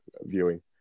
viewing